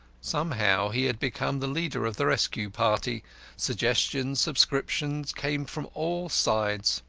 somehow he had become the leader of the rescue party suggestions, subscriptions came from all sides.